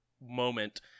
moment